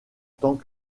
tant